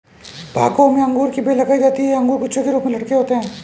बागों में अंगूर की बेल लगाई जाती है अंगूर गुच्छे के रूप में लटके होते हैं